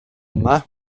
yma